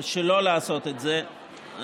שלא לעשות את זה,